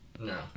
No